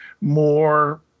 more